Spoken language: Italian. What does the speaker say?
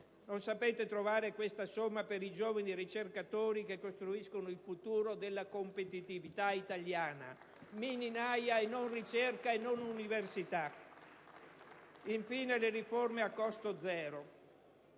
Non sapete trovare questa somma per i giovani ricercatori che costruiscono il futuro della competitività italiana. Mini naja, non ricerca, non università. *(Applausi dai